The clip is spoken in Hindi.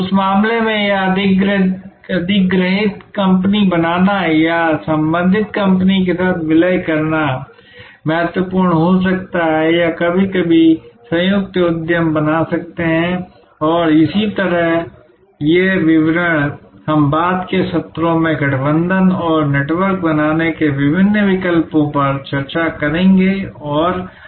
उस मामले में एक अधिग्रहित कंपनी बनाना या संबंधित कंपनी के साथ विलय करना महत्वपूर्ण हो सकता है या कभी कभी संयुक्त उद्यम बना सकते हैं और इसी तरह ये विवरण हम बाद के सत्रों में गठबंधन और नेटवर्क बनाने के विभिन्न विकल्पों पर चर्चा करेंगे और अन्य